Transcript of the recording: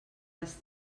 les